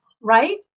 Right